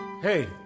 Hey